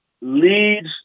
leads